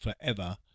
forever